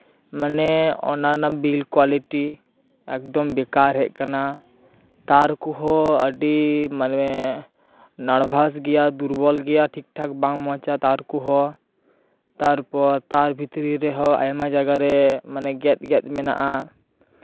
ᱢᱟᱱᱮ ᱚᱱᱮ ᱚᱱᱟ ᱵᱤᱞ ᱠᱳᱣᱟᱞᱤᱴᱤ ᱮᱠᱫᱚᱢ ᱵᱮᱠᱟᱨ ᱦᱮᱡ ᱟ ᱠᱟᱱᱟ ᱛᱟᱨ ᱠᱚᱦᱚᱸ ᱟᱹᱰᱤ ᱢᱟᱱᱮ ᱱᱟᱨᱵᱷᱟᱥ ᱜᱮᱭᱟ ᱫᱩᱨᱵᱚᱞ ᱜᱮᱭᱟ ᱴᱷᱤᱠ ᱴᱷᱟᱠ ᱵᱟᱝ ᱢᱚᱸᱡᱼᱟ ᱛᱟᱨ ᱠᱚᱦᱚᱸ ᱛᱟᱨᱯᱚᱨ ᱛᱟᱨ ᱵᱷᱤᱛᱨᱤ ᱨᱮᱦᱚᱸ ᱟᱭᱢᱟ ᱡᱟᱭᱜᱟᱨᱮ ᱢᱟᱱᱮ ᱜᱮᱫ ᱜᱮᱫ ᱢᱮᱱᱟᱜᱼᱟ